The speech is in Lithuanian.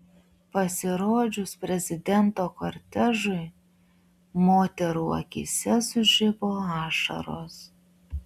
pasirodžius prezidento kortežui moterų akyse sužibo ašaros